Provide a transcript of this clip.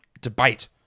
debate